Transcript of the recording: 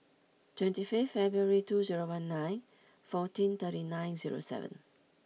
twenty fifth February two zero one nine fourteen thirty nine zero seven